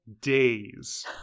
days